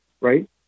right